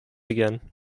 again